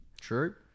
True